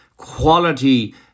quality